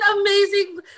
amazing